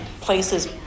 places